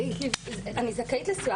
אני זכאית לסיוע.